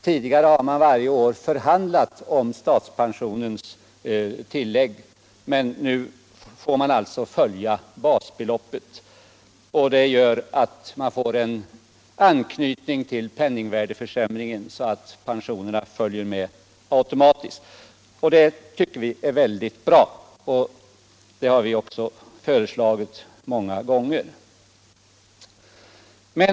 Tidigare har man varje år förhandlat om tillägg till statspensionen, men nu följer pensionerna basbeloppet och får därmed en automatisk anknytning till penningvärdeförsämringen. Det tycker vi är väldigt bra, och vi har också föreslagit det många gånger.